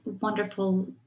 wonderful